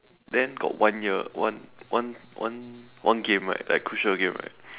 then got one year one one one one game right like crucial game right